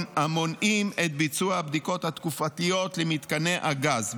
המונעים את ביצוע הבדיקות התקופתיות למתקני הגז,